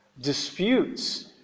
disputes